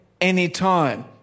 anytime